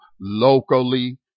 locally